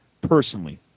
personally